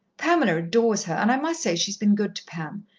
pamela adores her and i must say she's been good to pam.